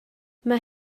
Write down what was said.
mae